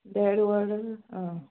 देड वर आं